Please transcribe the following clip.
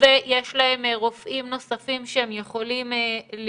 ויש להם רופאים נוספים שהם יכולים לקלוט.